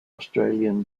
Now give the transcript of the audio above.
australian